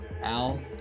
Al